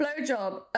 blowjob